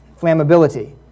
flammability